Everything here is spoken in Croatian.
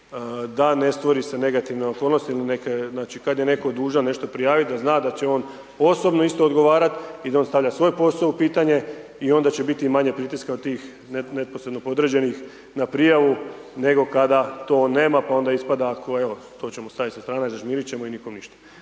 da ne stvore se negativne okolnosti ili neke, znači kad neko dužan nešto prijaviti da zna da će on osobno isto odgovarat i da on stavlja svoj poso u pitanje i onda će bit i manje pritiska od tih neposredno podređenih na prijavu nego kada to nema pa ona ispada ko evo to ćemo stavit sa strane, zažmirit ćemo i nikom ništa.